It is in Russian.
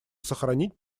сохранить